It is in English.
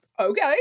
Okay